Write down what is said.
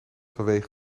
vanwege